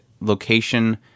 location